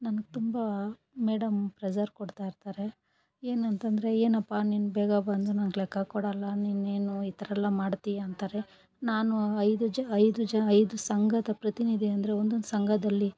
ನನಗೆ ತುಂಬ madam pressure ಕೊಡ್ತಾಯಿರ್ತಾರೆ ಏನಂತಂದರೆ ಏನಪ್ಪಾ ನೀನು ಬೇಗ ಬಂದು ನನ್ಗೆ ಲೆಕ್ಕ ಕೊಡಲ್ಲ ನೀನೇನು ಈ ಥರಯೆಲ್ಲ ಮಾಡ್ತೀಯಾ ಅಂತಾರೆ ನಾನು ಐದು ಜ ಐದು ಜನ ಐದು ಸಂಘದ ಪ್ರತಿನಿಧಿ ಅಂದರೆ ಒಂದೊಂದು ಸಂಘದಲ್ಲಿ